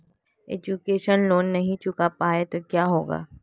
Education loan नहीं चुका पाए तो क्या होगा?